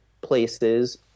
places